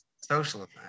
socialism